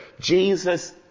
Jesus